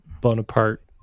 Bonaparte